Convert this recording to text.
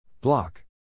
Block